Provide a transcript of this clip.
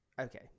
okay